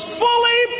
fully